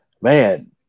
man